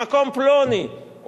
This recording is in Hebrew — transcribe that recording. במקום פלוני,